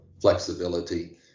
flexibility